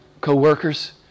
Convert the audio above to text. co-workers